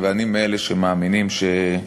אבל מתוכם,